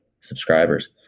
subscribers